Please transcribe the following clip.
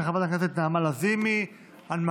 של חברת הכנסת נעמה לזימי ואחרות.